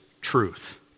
truth